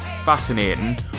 fascinating